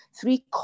three